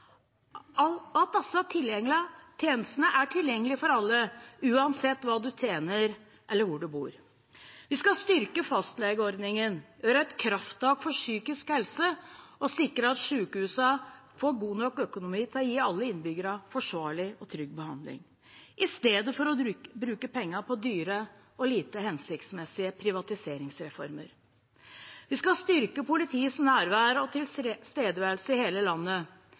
at disse tjenestene er tilgjengelige for alle, uansett hva du tjener, eller hvor du bor. Vi skal styrke fastlegeordningen, gjøre et krafttak for psykisk helse og sikre at sykehusene får god nok økonomi til å gi alle innbyggere forsvarlig og trygg behandling, i stedet for å bruke pengene på dyre og lite hensiktsmessige privatiseringsreformer. Vi skal styrke politiets nærvær og tilstedeværelse i hele landet.